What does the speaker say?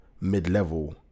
mid-level